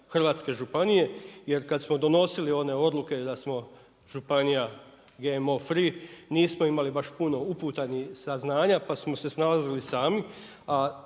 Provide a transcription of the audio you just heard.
hrvatske županije. Jer kad smo donosili one odluke da smo županija GMO free nismo imali baš puno uputa ni saznanja, pa smo se snalazili sami.